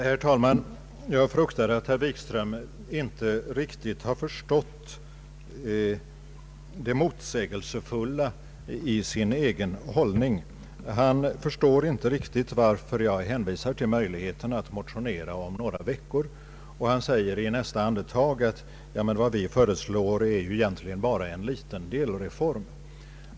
Herr talman! Jag fruktar att herr Wikström inte riktigt har förstått det motsägelsefulla i sin egen hållning. Han förstår inte varför jag hänvisar till möjligheten att motionera om några veckor. Han säger: Vad vi föreslår är egentligen bara en liten delreform.